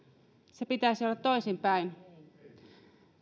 sen pitäisi olla toisinpäin